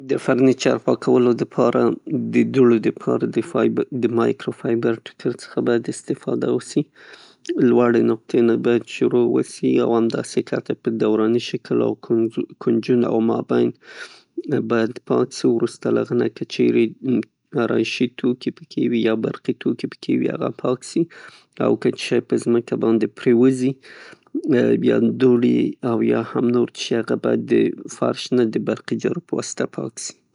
د فرنیچر پاکولو د پاره ، د دوړو د پاره د مایکروفایبر ټوکر څخه استفاده وسي. لوړې نقطې نه باید شروع وسي او همداسې ښکته په دوراني شکل کونجونه او مابین باید پاک سي. وروسته د هغه نه که چیرې ارایشي توکي پکې وي یا برقي توکي پکې وي هغه پاک سي او که څه شی پر ځمکه باندې پریوزي، یا دوړې او یا هم نور څه شي باید د فرش نه دبرقي جارو په واسطه پاک سي.